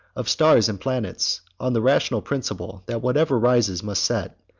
of stars and planets, on the rational principle that whatever rises must set,